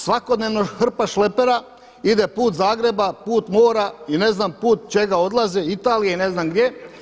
Svakodnevno hrpa šlepera ide put Zagreba, put mora i ne znam put čega odlaze Italije i ne znam gdje.